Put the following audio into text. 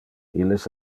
illes